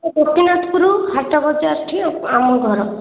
ଗୋପୀନାଥପୁରୁ ହାଟ ବଜାରଠି ଆମ ଘର